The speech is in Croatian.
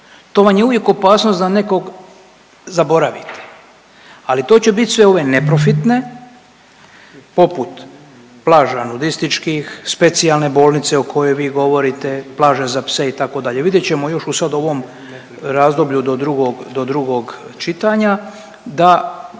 To vam je uvijek opasnost da nekog zaboravite, ali to će biti sve ove neprofitne poput plaža nudističkih, specijalne bolnice o kojoj vi govorite, plaže za pse itd. Vidjet ćemo još u sad ovom razdoblju do drugog čitanja da